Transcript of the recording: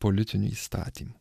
politiniu įstatymu